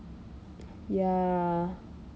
ya